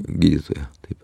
gydytoją taip